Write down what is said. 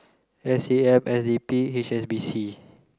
S A M S D P H S B C